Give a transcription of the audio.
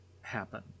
happen